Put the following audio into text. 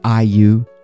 IU